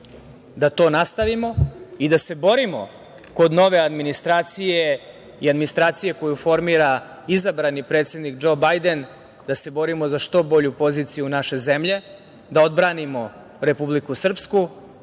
da to nastavimo i da se borimo kod nove administracije i administracije koju formira izabrani predsednik Džo Bajden, da se borimo za što bolju poziciju naše zemlje, da odbranimo Republiku Srpsku,